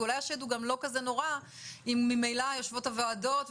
ואולי השד הוא לא כזה נורא אם ממילא יושבות הוועדות,